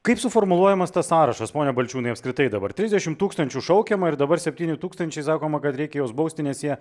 kaip suformuluojamas tas sąrašas pone balčiūnai apskritai dabar trisdešim tūkstančių šaukiama ir dabar septyni tūkstančiai sakoma kad reikia juos bausti nes jie